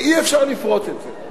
ואי-אפשר לפרוץ את זה,